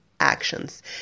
Actions